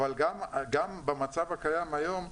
אבל גם במצב הקיים היום,